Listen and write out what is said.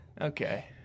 okay